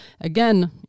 Again